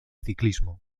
ciclismo